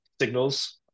signals